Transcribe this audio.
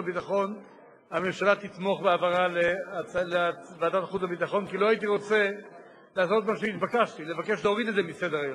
אבל זאת לא הנחת עבודה שהעולם צריך להניח שאנחנו מוכנים לקבל אותה.